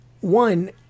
One